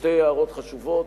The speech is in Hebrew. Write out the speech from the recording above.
שתי הערות חשובות.